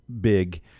big